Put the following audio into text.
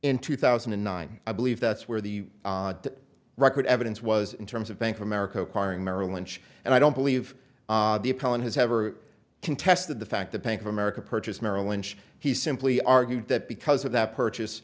in two thousand and nine i believe that's where the record evidence was in terms of bank of america merrill lynch and i don't believe the appellant has ever contested the fact that bank of america purchased merrill lynch he simply argued that because of that purchase